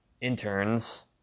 interns